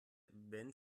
wenn